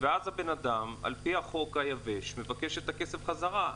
ואז האדם על פי החוק היבש מבקש את הכסף חזרה.